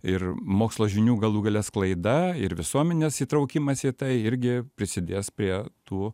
ir mokslo žinių galų gale sklaida ir visuomenės įtraukimas į tai irgi prisidės prie tų